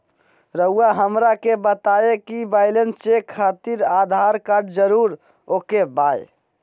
रउआ हमरा के बताए कि बैलेंस चेक खातिर आधार कार्ड जरूर ओके बाय?